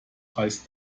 heißt